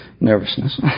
nervousness